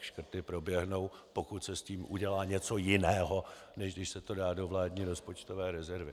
Škrty proběhnou, pokud se s tím udělá něco jiného, než když se to dá do vládní rozpočtové rezervy.